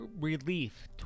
Relief